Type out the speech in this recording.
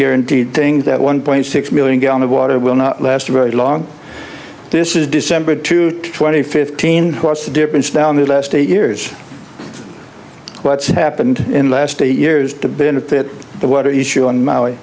guaranteed thing that one point six million gallon of water will not last a very long this is december to twenty fifteen what's the difference now in the last eight years what's happened in last eight years to benefit the water issue on maui